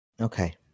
Okay